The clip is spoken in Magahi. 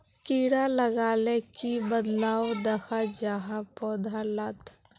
कीड़ा लगाले की बदलाव दखा जहा पौधा लात?